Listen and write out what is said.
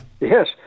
Yes